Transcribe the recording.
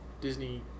Disney